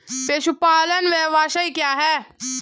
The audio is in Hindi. पशुपालन व्यवसाय क्या है?